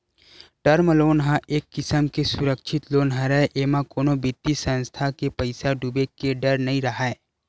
term loan ह एक किसम के सुरक्छित लोन हरय एमा कोनो बित्तीय संस्था के पइसा डूबे के डर नइ राहय